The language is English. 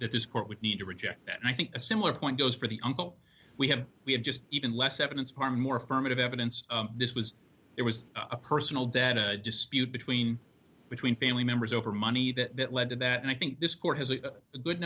that this court would need to reject that and i think a similar point goes for the uncle we have we have just even less evidence of harm or affirmative evidence this was it was a personal debt dispute between between family members over money that led to that and i think this court has a good